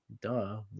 Duh